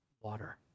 Water